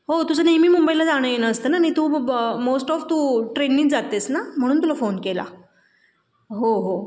हो तुझं नेहमी मुंबईला जाणं येणं असतं ना नाही तू ब ब ब मोस्ट ऑफ तू ट्रेननेच जातेस ना म्हणून तुला फोन केला हो हो